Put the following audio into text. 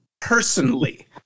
personally